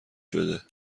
شده